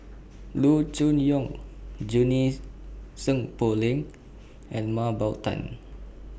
Loo Choon Yong Junie Sng Poh Leng and Mah Bow Tan